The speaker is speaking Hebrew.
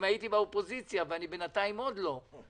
אם הייתי באופוזיציה, ואני בינתיים עוד לא.